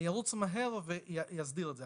אני ארוץ מהר ואסדיר את זה.